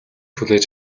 хүлээж